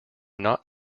not